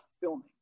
filming